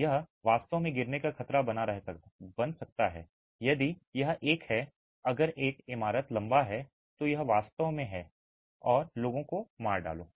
यह वास्तव में गिरने का खतरा बन सकता है यदि यह एक है अगर एक इमारत लंबा है तो यह वास्तव में है गिरो और लोगों को मार डालो